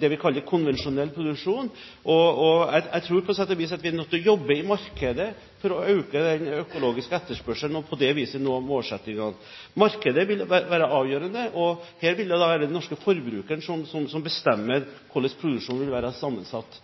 det vi kaller konvensjonell produksjon, og jeg tror på sett og vis at vi er nødt til å jobbe i markedet for å øke den økologiske etterspørselen og på det viset nå målsettingene. Markedet vil være avgjørende, og her vil det være den norske forbrukeren som bestemmer hvordan produksjonen vil være sammensatt